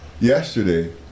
Yesterday